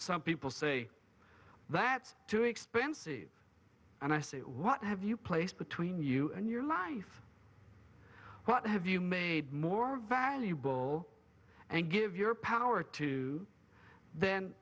some people say that's too expensive and i say what have you placed between you and your life what have you made more valuable and give your power to then